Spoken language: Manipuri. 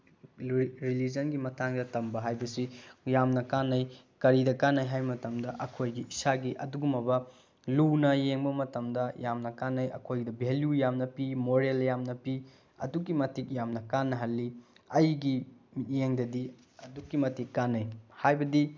ꯔꯤꯂꯤꯖꯟꯒꯤ ꯃꯇꯥꯡꯗ ꯇꯝꯕ ꯍꯥꯏꯕꯁꯤ ꯌꯥꯝꯅ ꯀꯥꯟꯅꯩ ꯀꯔꯤꯗ ꯀꯥꯟꯅꯩ ꯍꯥꯏꯕ ꯃꯇꯝꯗ ꯑꯩꯈꯣꯏꯒꯤ ꯏꯁꯥꯒꯤ ꯑꯗꯨꯒꯨꯝꯂꯕ ꯂꯨꯅ ꯌꯦꯡꯕ ꯃꯇꯝꯗ ꯌꯥꯝꯅ ꯀꯥꯟꯅꯩ ꯑꯩꯈꯣꯏꯗ ꯚꯦꯂꯨ ꯌꯥꯝꯅ ꯄꯤ ꯃꯣꯔꯦꯜ ꯌꯥꯝꯅ ꯄꯤ ꯑꯗꯨꯛꯀꯤ ꯃꯇꯤꯛ ꯌꯥꯝꯅ ꯀꯥꯟꯅꯍꯜꯂꯤ ꯑꯩꯒꯤ ꯃꯤꯠꯌꯦꯡꯗꯗꯤ ꯑꯗꯨꯛꯀꯤ ꯃꯇꯤꯛ ꯀꯥꯟꯅꯩ ꯍꯥꯏꯕꯗꯤ